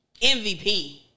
MVP